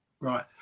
Right